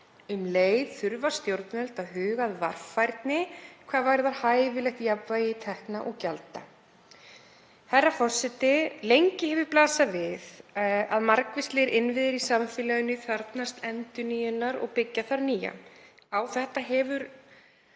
Um leið þurfa stjórnvöld að huga að varfærni hvað varðar hæfilegt jafnvægi tekna og gjalda.“ Herra forseti. Lengi hefur blasað við að margvíslegir innviðir í samfélaginu þarfnast endurnýjunar og byggja þarf nýja. Á þetta hefur